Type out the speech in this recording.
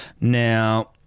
now